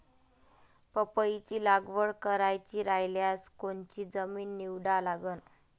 पपईची लागवड करायची रायल्यास कोनची जमीन निवडा लागन?